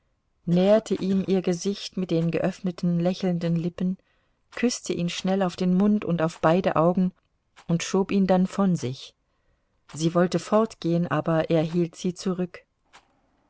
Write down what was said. näherte ihm ihr gesicht mit den geöffneten lächelnden lippen küßte ihn schnell auf den mund und auf beide augen und schob ihn dann von sich sie wollte fortgehen aber er hielt sie zurück